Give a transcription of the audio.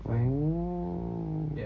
oh